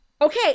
Okay